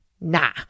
nah